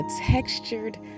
textured